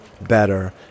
better